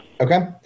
Okay